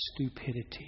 stupidity